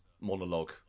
monologue